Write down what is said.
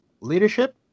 leadership